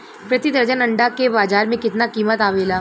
प्रति दर्जन अंडा के बाजार मे कितना कीमत आवेला?